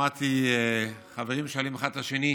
שמעתי חברים שואלים אחד את השני: